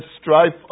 strife